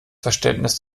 verständnis